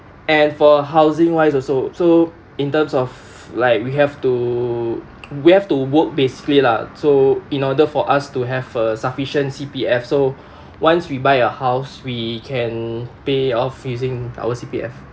and for housing-wise also so in terms of like we have to we have to work basically lah so in order for us to have a sufficient C_P_F so once we buy a house we can pay off using our C_P_F